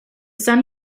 sun